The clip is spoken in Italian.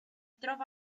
trova